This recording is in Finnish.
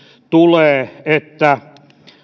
tulee että